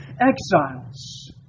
exiles